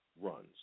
runs